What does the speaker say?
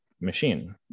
machine